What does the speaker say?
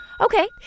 Okay